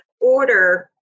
order